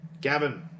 Gavin